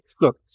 look